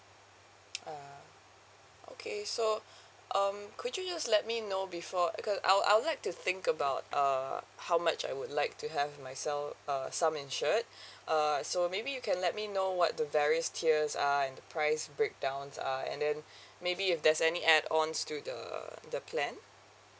ah okay so um could you just let me know before cause I I would like to think about uh how much I would like to have myself err sum insured err so maybe you can let me know what the various tiers are and the price breakdowns are and then maybe if there's any add ons to the the plan